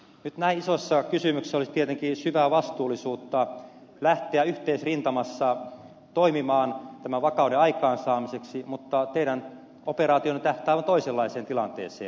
nyt näin isossa kysymyksessä olisi tietenkin syvää vastuullisuutta lähteä yhteisrintamassa toimimaan tämän vakauden aikaansaamiseksi mutta teidän operaationne tähtää aivan toisenlaiseen tilanteeseen